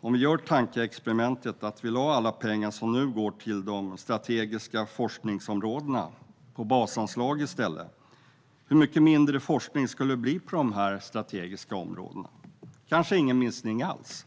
Om vi gör tankeexperimentet att vi i stället lägger alla pengar som nu går till de strategiska forskningsområdena på basanslag, hur mycket mindre forskning skulle det då bli på dessa strategiska områden? Det kanske inte skulle bli någon minskning alls.